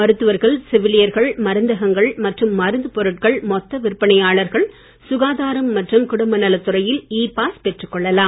மருத்துவர்கள் செவிலியர்கள் மருந்தகங்கள் மற்றும் மருந்துப் பொருட்கள் மொத்த விற்பனையாளர்கள் சுகாதாரம் மற்றும் குடும்பநலத்துறையில் இ பாஸ் பெற்றுக் கொள்ளலாம்